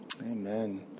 Amen